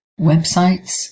websites